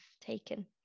taken